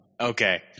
Okay